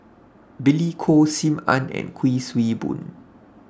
Billy Koh SIM Ann and Kuik Swee Boon